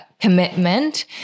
commitment